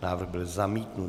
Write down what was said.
Návrh byl zamítnut.